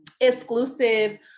exclusive